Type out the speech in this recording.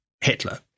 Hitler